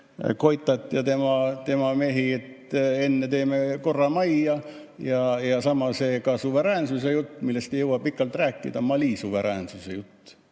Goïtat ja tema mehi, et enne lööme korra majja. Samamoodi see suveräänsuse jutt, millest ei jõua pikalt rääkida – Mali suveräänsuse jutt